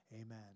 Amen